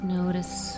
notice